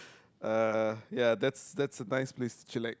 uh ya that's that's a nice place to chillax